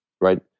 right